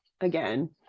again